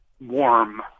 Warm